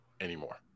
anymore